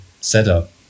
setup